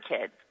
kids